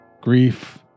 grief